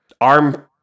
arm